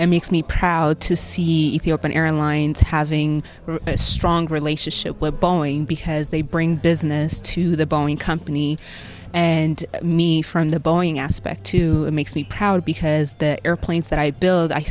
and makes me proud to see the open airlines having a strong relationship with boeing because they bring business to the boeing company and me from the boeing aspect to it makes me proud because the airplanes that i build i